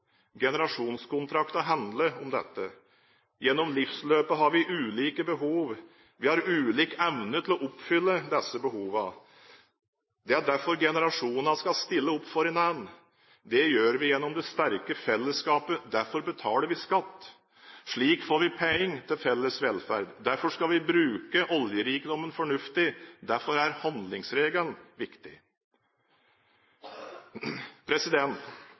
Generasjonskontrakten handler om dette. Gjennom livsløpet har vi ulike behov, og vi har ulik evne til å oppfylle disse behovene. Det er derfor generasjonene skal stille opp for hverandre. Det gjør vi gjennom det sterke fellesskapet. Derfor betaler vi skatt. Slik får vi penger til felles velferd. Derfor skal vi bruke oljerikdommen fornuftig. Derfor er handlingsregelen viktig.